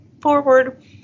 forward